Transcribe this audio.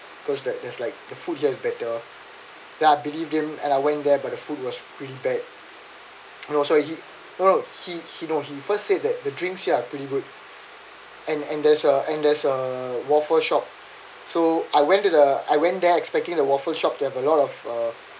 because that there's like the food here is better then I believed him and I went there but the food was pretty bad and also he he know he first said that the drinks here are pretty good and and there's a and there's a waffle shop so I went to I went there expecting the waffle shop to have a lot of uh